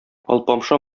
алпамша